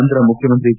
ನಂತರ ಮುಖ್ಯಮಂತ್ರಿ ಎಚ್